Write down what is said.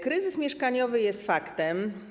Kryzys mieszkaniowy jest faktem.